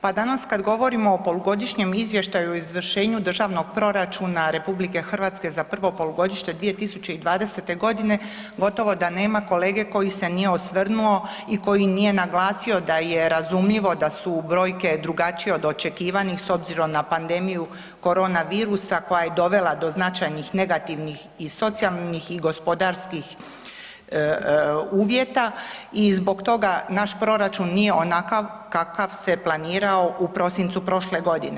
Pa danas kada govorimo o Polugodišnjem izvještaju o izvršenju Državnog proračuna RH za prvo polugodište 2020. godine gotovo da nema kolege koji se nije osvrnuo i koji nije naglasio da je razumljivo da su brojke drugačije od očekivanih s obzirom na pandemiju koronavirusa koja je dovela do značajnih negativnih i socijalnih i gospodarskih uvjeta i zbog toga naš proračun nije onakav kakav se planirao u prosincu prošle godine.